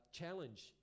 challenge